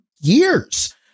years